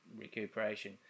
recuperation